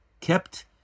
kept